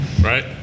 Right